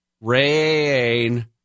rain